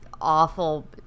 awful